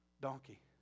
donkey